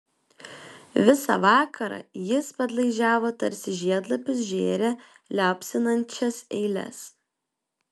visą vakarą jis padlaižiavo tarsi žiedlapius žėrė liaupsinančias eiles